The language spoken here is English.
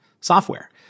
software